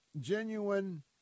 genuine